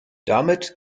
damit